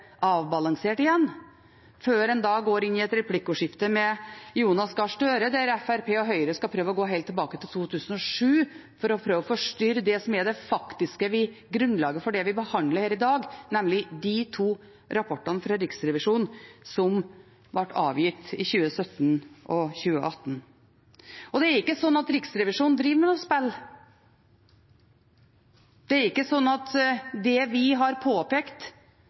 avbalanserte igjen før de går inn i et replikkordskifte med Jonas Gahr Støre, der Fremskrittspartiet og Høyre går helt tilbake til 2007 for å prøve å forstyrre det som er det faktiske grunnlaget for det vi behandler her i dag, nemlig de to rapportene fra Riksrevisjonen som ble avgitt i 2017 og 2018. Det er ikke slik at Riksrevisjonen driver med spill. Det er ikke slik at det vi har påpekt